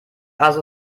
also